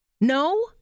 No